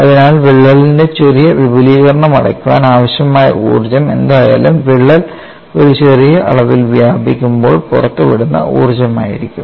അതിനാൽ വിള്ളലിന്റെ ചെറിയ വിപുലീകരണം അടയ്ക്കാൻ ആവശ്യമായ ഊർജ്ജം എന്തായാലും വിള്ളൽ ഒരു ചെറിയ അളവിൽ വ്യാപിക്കുമ്പോൾ പുറത്തുവിടുന്ന ഊർജ്ജമായിരിക്കും